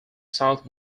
south